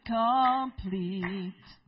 complete